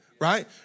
right